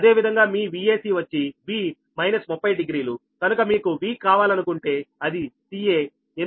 అదేవిధంగా మీ Vac వచ్చి V∟ 30 డిగ్రీలు కనుక మీకు V కావాలనుకుంటే అది ca